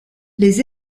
les